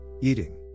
Eating